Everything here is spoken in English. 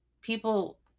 People